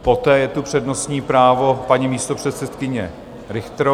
Poté je tu přednostní právo paní místopředsedkyně Richterové.